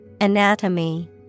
Anatomy